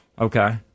Okay